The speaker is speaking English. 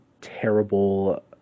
terrible